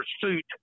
pursuit